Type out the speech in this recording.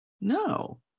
No